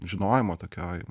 žinojimo tokioj